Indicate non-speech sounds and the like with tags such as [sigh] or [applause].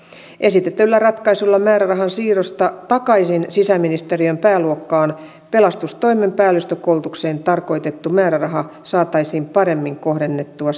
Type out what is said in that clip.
esitetyllä ratkaisulla määrärahan siirrosta takaisin sisäministeriön pääluokkaan pelastustoimen päällystökoulutukseen tarkoitettu määräraha saataisiin paremmin kohdennettua [unintelligible]